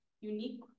unique